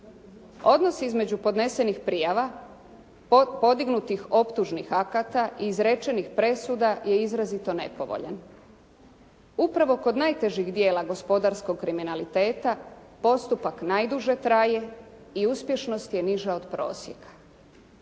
Odnos između podnesenih prijava, podignutih optužnih akata i izrečenih presuda je izrazito nepovoljan. Upravo kod najtežih djela gospodarskog kriminaliteta postupak najduže traje i uspješnost je niža od prosjeka.